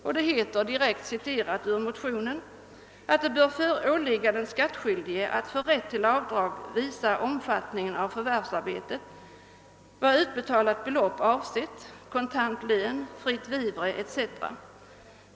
Jag citerar direkt ur motionen: »Det bör åligga den skattskyldige att för rätt till avdrag visa omfattningen av förvärvsarbetet, vad utbetalat belopp avsett (kontant lön, fritt vivre etc.